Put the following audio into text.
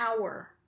hour